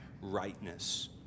rightness